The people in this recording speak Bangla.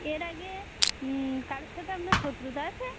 এর আগে কারোর সাথে আপনার শত্রুতা আছে